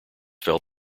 felt